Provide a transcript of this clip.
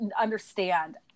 understand